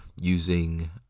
using